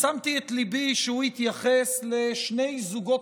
ושמתי את ליבי שהוא התייחס לשני זוגות